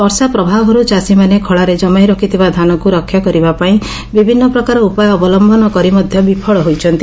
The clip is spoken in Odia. ବର୍ଷା ପ୍ରଭାବରୁ ଚାଷୀମାନେ ଖଳାରେ କମାଇ ରଖିଥିବା ଧାନକୁ ରକ୍ଷା କରିବା ପାଇଁ ବିଭିନ୍ନ ପ୍ରକାର ଉପାୟ ଅବଲମ୍ ବିଫଳ ହୋଇଛନ୍ତି